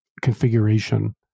configuration